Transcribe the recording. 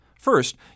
First